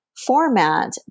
format